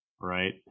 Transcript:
right